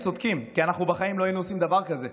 כי אנחנו בחיים לא היינו עושים דבר כזה.